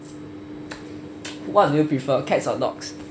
what do you prefer cats or dogs